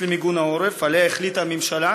למיגון העורף שעליה החליטה הממשלה?